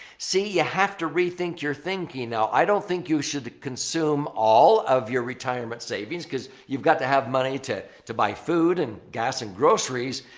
see, you have to rethink your thinking. now, i don't think you should consume all of your retirement savings because you've got to have money to to buy food and gas and groceries.